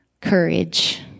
courage